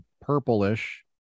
purplish